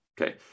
Okay